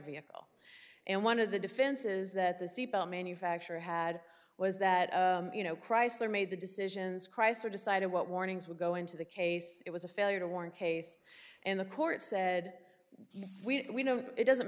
vehicle and one of the defenses that the manufacturer had was that you know chrysler made the decisions chrysler decided what warnings would go into the case it was a failure to warn case and the court said we know it doesn't